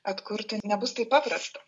atkurti nebus taip paprasta